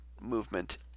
movement